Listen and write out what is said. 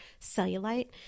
cellulite